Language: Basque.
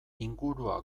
ingurua